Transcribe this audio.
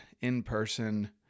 in-person